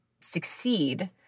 succeed